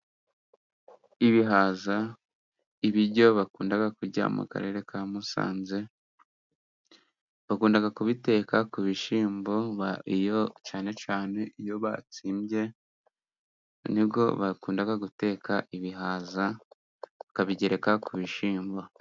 Ibihaza ibiryo bakunda kurya mu karere ka Musanze bakunda kubiteka ku bishyimbo, iyo cyane cyane iyo batsimbye nibwo bakunda guteka ibihaza, bakabigereka ku bishyimbo.